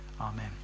Amen